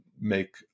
make